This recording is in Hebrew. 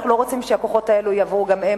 ואנחנו לא רוצים שהכוחות האלה יבואו גם הם